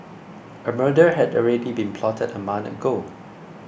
a murder had already been plotted a month ago